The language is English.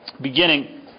beginning